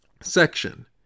Section